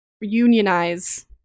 unionize